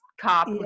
cop